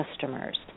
customers